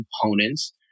components